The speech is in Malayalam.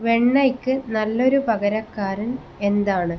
വെണ്ണയ്ക്ക് നല്ലൊരു പകരക്കാരൻ എന്താണ്